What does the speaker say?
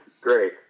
great